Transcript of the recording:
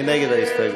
מי נגד ההסתייגות?